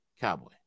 Cowboy